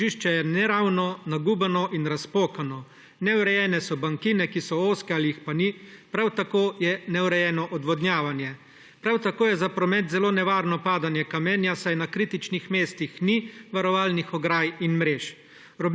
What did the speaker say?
Vozišče je neravno, nagubano in razpokano, neurejene so bankine, ki so ozke ali jih pa ni, prav tako je neurejeno odvodnjavanje. Prav tako je za promet zelo nevarno padanje kamenja, saj na kritičnih mestih ni varovalnih ograj in mrež.